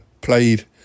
played